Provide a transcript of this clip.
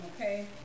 okay